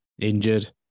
injured